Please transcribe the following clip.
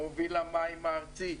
מוביל המים הארצי.